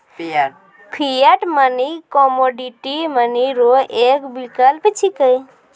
fiat money commodity money रो एक विकल्प छिकै